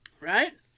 Right